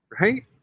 right